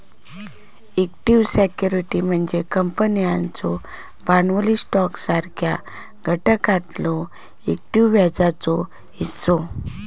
equity security म्हणजे कंपन्यांचो भांडवली स्टॉकसारख्या घटकातलो इक्विटी व्याजाचो हिस्सो